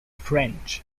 french